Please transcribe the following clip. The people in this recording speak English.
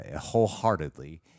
wholeheartedly